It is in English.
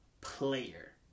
player